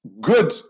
good